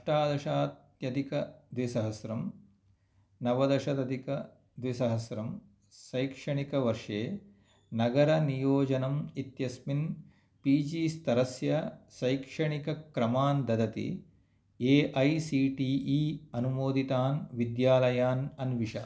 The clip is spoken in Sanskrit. अष्टादशाधिकद्विसहस्रं नवदशदधिकद्विसहस्रं शैक्षणिकवर्षे नगरनियोजनम् इत्यस्मिन् पी जी स्तरस्य शैक्षणिकक्रमान् ददति A I C T E अनुमोदितान् विद्यालयान् अन्विष